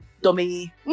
dummy